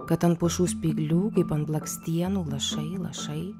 kad ant pušų spyglių kaip ant blakstienų lašai lašai